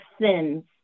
sins